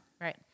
Right